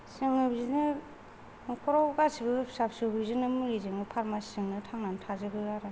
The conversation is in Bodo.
जोङो बिदिनो न'खराव गासैबो फिसा फिसौ बिदिनो मुलिजों फार्मासिजोंनो थांनानै थाजोबो आरो